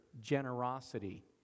generosity